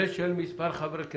והצעת חוק של מספר חברי כנסת,